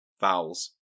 Vowels